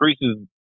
increases